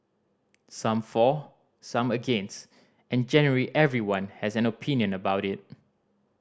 some for some against and generally everyone has an opinion about it